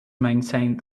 maintained